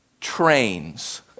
trains